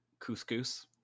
Couscous